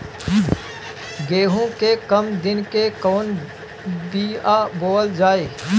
गेहूं के कम दिन के कवन बीआ बोअल जाई?